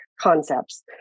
concepts